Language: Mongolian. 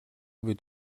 бид